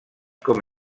com